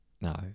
No